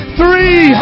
three